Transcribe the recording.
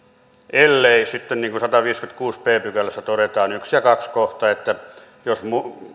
ellei sitten niin kuin sadannessaviidennessäkymmenennessäkuudennessa b pykälässä todetaan yksi ja kaksi kohta